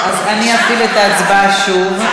אז אני אפעיל את ההצבעה שוב.